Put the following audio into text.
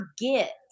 forget